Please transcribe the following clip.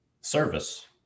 service